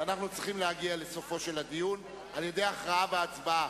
ואנחנו צריכים להגיע לסופו של הדיון על-ידי הכרעה והצבעה.